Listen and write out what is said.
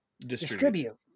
distribute